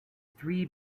three